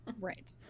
right